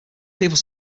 people